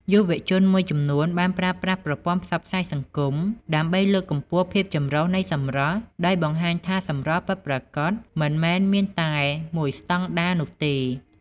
យុវជនមួយចំនួនបានប្រើប្រាស់ប្រព័ន្ធផ្សព្វផ្សាយសង្គមដើម្បីលើកកម្ពស់ភាពចម្រុះនៃសម្រស់ ដោយបង្ហាញថាសម្រស់ពិតប្រាកដមិនមែនមានតែមួយស្តង់ដារនោះទេ។